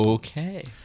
Okay